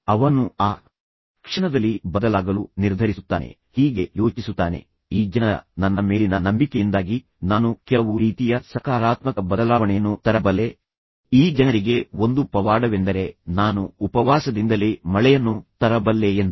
ಅವನು ಆ ಕ್ಷಣದಲ್ಲಿ ಬದಲಾಗಲು ನಿರ್ಧರಿಸುತ್ತಾನೆ ಹೀಗೆ ಯೋಚಿಸುತ್ತಾನೆ ಈ ಜನರ ನನ್ನ ಮೇಲಿನ ನಂಬಿಕೆಯಿಂದಾಗಿ ನಾನು ಕೆಲವು ರೀತಿಯ ಸಕಾರಾತ್ಮಕ ಬದಲಾವಣೆಯನ್ನು ತರಬಲ್ಲೆ ಈ ಜನರಿಗೆ ಒಂದು ಪವಾಡವೆಂದರೆ ನಾನು ಉಪವಾಸದಿಂದಲೇ ಮಳೆಯನ್ನು ತರಬಲ್ಲೆ ಎಂದು